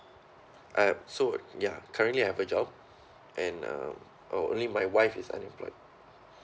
uh so ya currently I have a job and um only my wife is unemployed